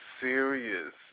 serious